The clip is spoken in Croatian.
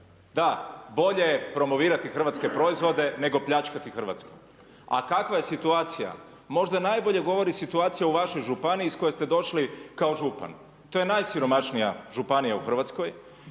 Da, bolje promovirati hrvatske proizvode, nego pljačkati Hrvatsku. A kakva je situacija, možda najbolje govori situacija u vašoj županiji, iz koje ste došli kao župan. To je najsiromašnija županija u Hrvatskoj